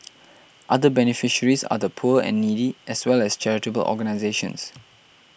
other beneficiaries are the poor and needy as well as charitable organisations